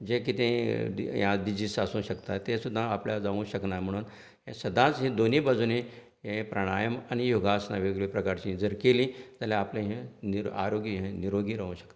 जे कितें डिजीज आसूंक शकता तें सुद्दां आपल्याक जावंक शकना म्हण हे सदांच ही दोनी बाजूनी हे प्राणायम आनी योगासन वेगवेगळ्या प्रकारांची जर केली जाल्यार आपले हे नि आरोग्य हे निरोगी रावंक शकता